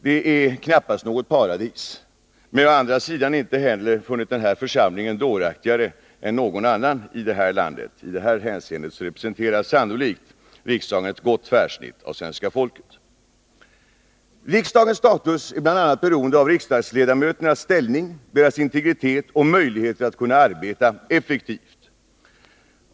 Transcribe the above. Det är knappast något paradis. Å andra sidan har jag inte heller funnit denna församling dåraktigare än någon annan i detta land. I stället representerar sannolikt riksdagen ett gott tvärsnitt av svenska folket. Riksdagens status är bl.a. beroende av riksdagsledamöternas ställning, deras integritet och deras möjligheter att kunna arbeta effektivt.